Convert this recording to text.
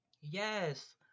Yes